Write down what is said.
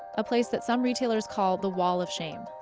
a place that some retailers call the wall of shame.